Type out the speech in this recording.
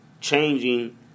changing